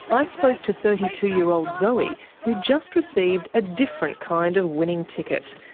i spoke to thirty two year old zoe who'd just received a different kind of winning ticket,